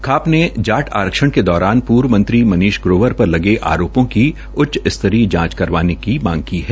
खाप ने जाट आरक्षण के दौरान पूर्व मंत्री मनीष ग्रोवर पर लगे आरोपों की उच्च स्तरीय जांच करवाने की मांग की है